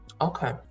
okay